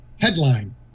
headline